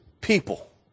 people